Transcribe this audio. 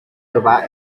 urbà